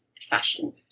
fashion